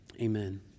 Amen